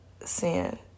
sin